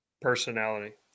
personality